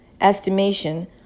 estimation